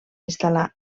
instal·lar